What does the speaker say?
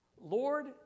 Lord